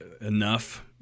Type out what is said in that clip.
enough